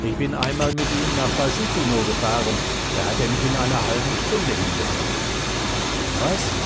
ich bin einmal mit ihm nach paschutino gefahren da hat er mich in einer halben stunde hingebracht was